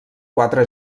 quatre